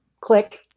click